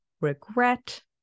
regret